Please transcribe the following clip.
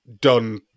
done